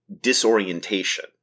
disorientation